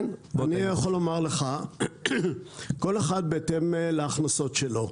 אני יכול לומר לך שכל אחד בהתאם להכנסות שלו.